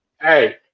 hey